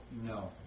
no